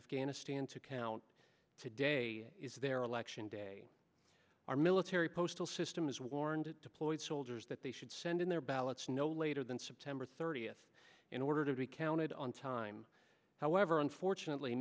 afghanistan to count today is their election day our military postal system has warned it deployed soldiers that they should send in their ballots no later than september thirtieth in order to be counted on time however unfortunately